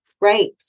Right